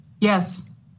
Yes